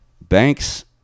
banks